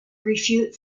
refute